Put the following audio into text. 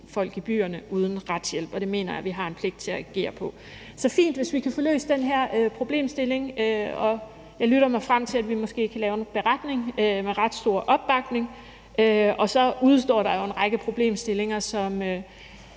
bor i byerne, uden en retshjælp, og det mener jeg at vi har en pligt til at agere på. Så det er fint, hvis vi kan få løst den her problemstilling, og jeg lytter mig frem til, at vi måske også kan lave en beretning med en ret stor opbakning. Så udestår der jo også en række problemstillinger, som